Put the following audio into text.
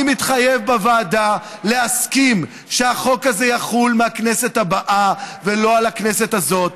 אני מתחייב להסכים בוועדה שהחוק הזה יחול מהכנסת הבאה ולא בכנסת הזאת.